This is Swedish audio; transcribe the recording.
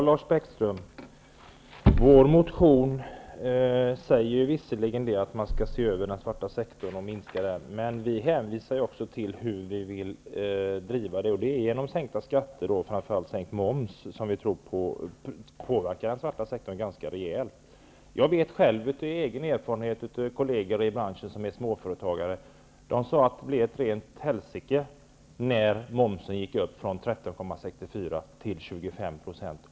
Herr talman! I vår motion, Lars Bäckström, hävdar vi visserligen att man skall se över och minska den svarta sektorn. Men vi hänvisar också till hur vi vill driva frågan, nämligen med hjälp av sänkta skatter och framför allt sänkt moms -- som vi tror påverkar den svarta sektorn rejält. Jag vet själv av erfarenhet, och vad kolleger i branschen som är småföretagare har sagt till mig, hur det är. De har sagt att det blev ett rent helsike när momsen gick upp från 13,64 % till 25 %.